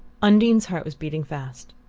undine's heart was beating fast,